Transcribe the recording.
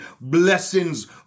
blessings